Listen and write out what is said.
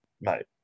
mate